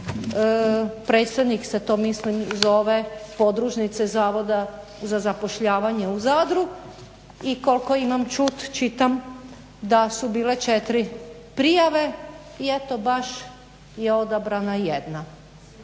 predstojnik se to mislim zove podružnice Zavoda za zapošljavanje u Zadru i koliko imam čut čitam da su bile 4 prijave i eto baš je odabrana jedna